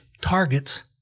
targets